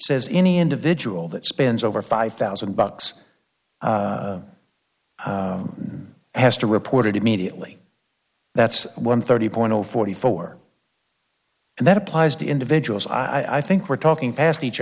says any individual that spends over five thousand bucks and has to report it immediately that's one thirty point zero forty four and that applies to individuals i i think we're talking past each